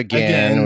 Again